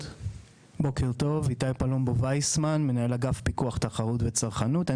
בוקר טוב, מנהל אגף פיקוח תחרות וצרכנות.